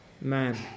Man